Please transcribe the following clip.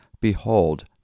behold